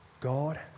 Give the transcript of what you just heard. God